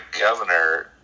governor